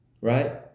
right